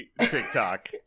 TikTok